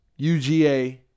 UGA